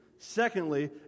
Secondly